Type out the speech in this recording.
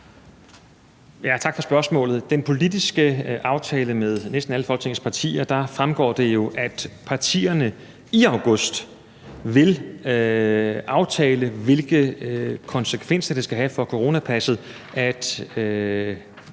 Tak for spørgsmålet. Af den politiske aftale med næsten alle Folketingets partier fremgår det jo, at partierne i august vil aftale, hvilke konsekvenser det skal have for coronapasset, at